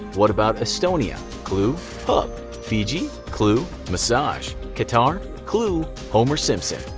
what about estonia. clue pub. fiji. clue, massage. qatar. clue, homer simpson.